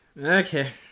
okay